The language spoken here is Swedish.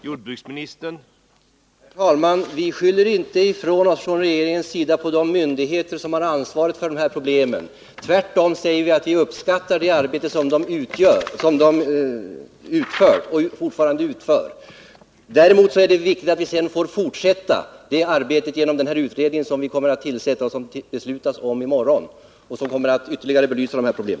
Herr talman! Vi skyller inte ifrån oss från regeringens sida på de myndigheter som har ansvaret för de här problemen. Tvärtom säger vi att vi uppskattar det arbete de utför. Däremot är det viktigt att vi sedan får fortsätta det arbetet genom denna utredning som vi skall tillsätta — det kommer att beslutas i morgon —- och som kommer att ytterligare belysa dessa problem.